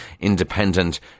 Independent